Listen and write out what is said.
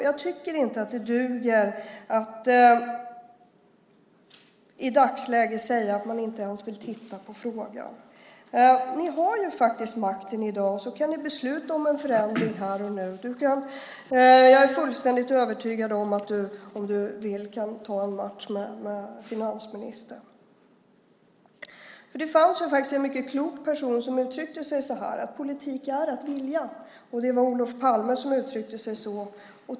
Det duger inte att i dagsläget säga att man inte ens vill titta på frågan. Ni har i dag makten och kan besluta om en förändring här och nu. Jag är fullständigt övertygad om att du om du vill kan ta en match med finansministern. Det fanns en mycket klok person som uttryckte sig så här: Politik är att vilja. Det var Olof Palme som uttryckte sig så.